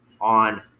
on